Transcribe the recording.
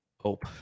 Hope